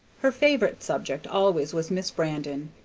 her favorite subject always was miss brandon,